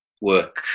work